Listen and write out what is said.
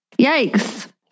Yikes